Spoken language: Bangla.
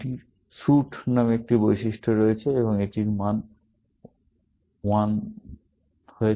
এটির স্যুট নামে একটি বৈশিষ্ট্য রয়েছে এবং এটির t নামক মান রয়েছে